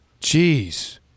Jeez